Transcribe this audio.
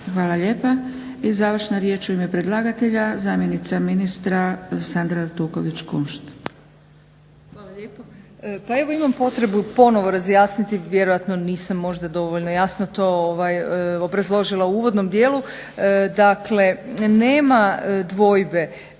Hvala lijepa. I završna riječ u ime predlagatelja, zamjenica ministra Sandra Artuković-Kunšt. **Artuković Kunšt, Sandra** Hvala lijepa. Pa evo imam potrebu ponovo razjasniti, vjerojatno nisam možda dovoljno jasno to obrazložila u uvodnom dijelu, dakle nema dvojbe